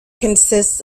consists